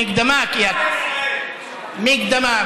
מקדמה, מקדמה, מקדמה.